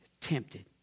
tempted